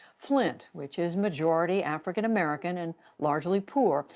flint, which is majority african-american and largely poor,